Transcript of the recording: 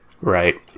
Right